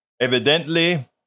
Evidently